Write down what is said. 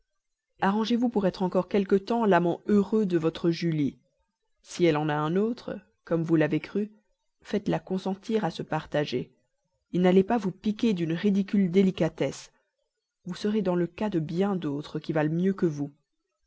arrangez-vous donc pour être encore quelque temps l'amant heureux de votre julie si elle en a un autre comme vous l'avez cru faites-la consentir à se partager n'allez pas vous piquer d'une ridicule délicatesse vous serez dans le cas de bien d'autres qui valent mieux que vous